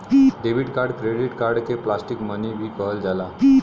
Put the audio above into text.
debit card credit card के plastic money भी कहल जाला